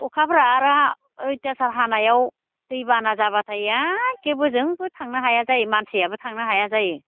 अखाफोरा आरो अयथासार हानायाव दैबाना जाबाथाय एखे बोजोंबो थांनो हाया जायो मानसियाबो थांनो हाया जायो